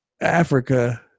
Africa